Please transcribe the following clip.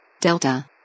Delta